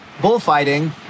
bullfighting